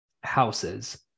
houses